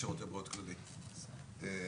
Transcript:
אתם